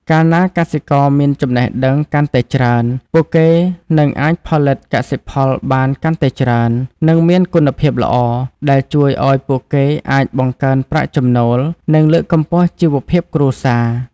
កាលណាកសិករមានចំណេះដឹងកាន់តែច្រើន ពួកគេនឹងអាចផលិតកសិផលបានកាន់តែច្រើន និងមានគុណភាពល្អ ដែលជួយឲ្យពួកគេអាចបង្កើនប្រាក់ចំណូល និងលើកកម្ពស់ជីវភាពគ្រួសារ។